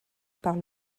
par